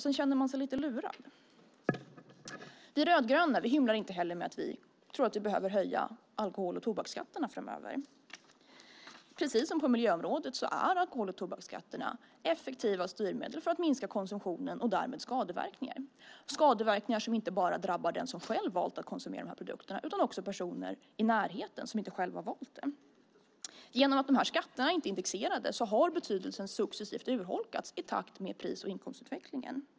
Man känner sig lite lurad. Vi rödgröna hymlar inte heller med att vi tror att vi behöver höja alkohol och tobaksskatterna framöver. Precis som på miljöområdet är alkohol och tobaksskatterna effektiva styrmedel för att minska konsumtionen och därmed skadeverkningarna, skadeverkningar som inte bara drabbar den som själv valt att konsumera de här produkterna utan också personer i närheten som inte själva valt det. Genom att dessa skatter inte är indexerade har betydelsen successivt urholkats i takt med pris och inkomstutvecklingen.